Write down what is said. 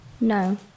No